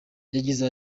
yagize